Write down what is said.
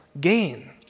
gain